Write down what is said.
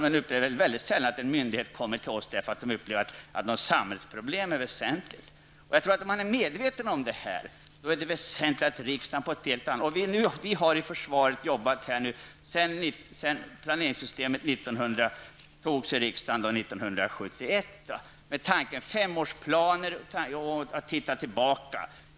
Men det är mer sällan en myndighet vänder sig till oss därför att man på myndigheten upplever att något samhällsproblem är väsentligt. Är man medveten om det här inser man att det är väsentligt att riksdagen på ett helt annat sätt än hittills tar ledningen. Sedan försvarsplaneringssystemet antogs av riksdagen 1971 har vi i försvaret jobbat med femårsplaner och med att titta tillbaka.